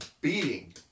beating